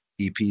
EP